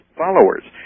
followers